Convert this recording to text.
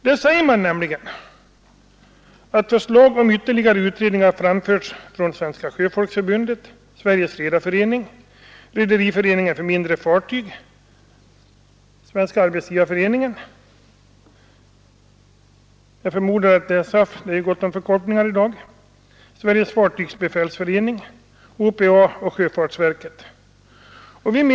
Där sägs att förslag om ytterligare utredning har framförts från Svenska sjöfolksförbundet, Sveriges redareförening, Rederiföreningen för mindre fartyg, SAF, Sveriges fartygsbefälsförening, Svenska maskinbefälsförbundet, HPA och sjöfartsverket.